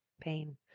pain